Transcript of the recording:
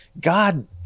God